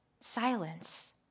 silence